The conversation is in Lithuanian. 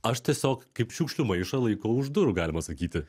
aš tiesiog kaip šiukšlių maišą laiko už durų galima sakyti